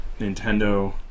Nintendo